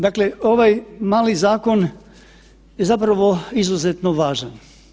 Dakle, ovaj mali zakon je zapravo izuzetno važan.